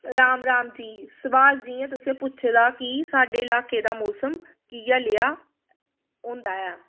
राम राम जी सवाल जियां तुसें पुच्छे दा कि साढ़े इलाके दा मोसम किया लेहा होंदा ऐ